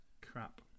crap